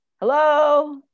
Hello